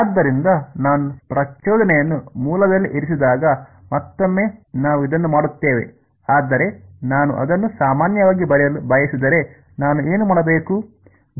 ಆದ್ದರಿಂದ ನಾನು ಪ್ರಚೋದನೆಯನ್ನು ಮೂಲದಲ್ಲಿ ಇರಿಸಿದಾಗ ಮತ್ತೊಮ್ಮೆ ನಾವು ಇದನ್ನು ಮಾಡುತ್ತೇವೆ ಆದರೆ ನಾನು ಅದನ್ನು ಸಾಮಾನ್ಯವಾಗಿ ಬರೆಯಲು ಬಯಸಿದರೆ ನಾನು ಏನು ಮಾಡಬೇಕು